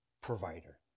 provider